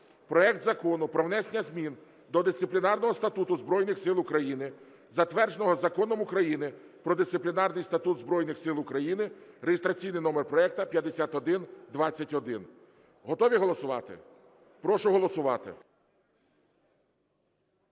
проект Закону про внесення змін до Дисциплінарного статуту Збройних Сил України, затвердженого Законом України "Про Дисциплінарний статут Збройних Сил України" (реєстраційний номер проекту 5121). Готові голосувати? Прошу голосувати.